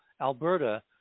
Alberta